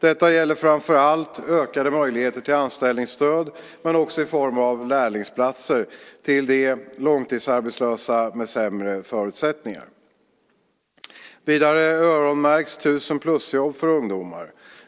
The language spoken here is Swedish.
Detta gäller framför allt ökade möjligheter till anställningsstöd men också i form av lärlingsplatser till de långtidsarbetslösa med sämre förutsättningar. Vidare öronmärks 1 000 plusjobb för ungdomar.